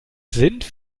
sind